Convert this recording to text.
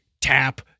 tap